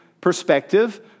perspective